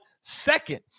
second